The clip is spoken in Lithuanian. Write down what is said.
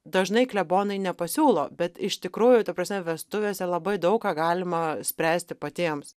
dažnai klebonai nepasiūlo bet iš tikrųjų ta prasme vestuvėse labai daug ką galima spręsti patiems